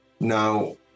Now